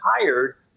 tired